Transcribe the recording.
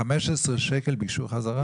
15 שקל ביקשו חזרה?